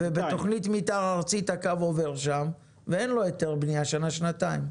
בתוכנית מתאר ארצית הקו עובר שם ואין לו היתר בנייה שנה-שנתיים.